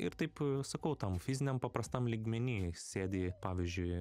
ir taip sakau tam fiziniam paprastam lygmeny sėdi pavyzdžiui